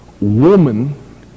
woman